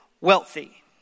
wealthy